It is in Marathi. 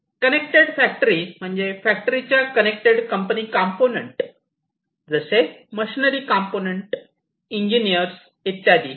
कनेक्टेड फॅक्टरी म्हणजे फॅक्टरीच्या कनेक्टेड कंपनी कंपोनेंट जसे मशिनरी कंपोनेंट इंजीनियर्स इत्यादी